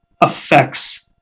affects